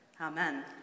Amen